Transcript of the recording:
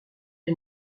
est